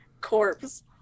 corpse